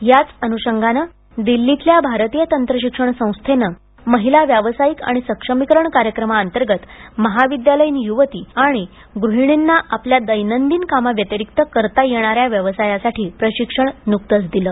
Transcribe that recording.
याच अनुषंगानं दिल्लीतल्या भारतीय तंत्रशिक्षण संस्थेनं महिला व्यावसायिक आणि सक्षमीकरण कार्यक्रमाअंतर्गत महाविद्यालयीन युवती आणि गृहिणींना आपल्या दैनंदिन कामाव्यतिरिक्त करता येणाऱ्या व्यवसायासाठी प्रशिक्षण नुकतंच दिलं